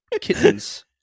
kittens